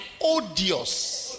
odious